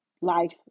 life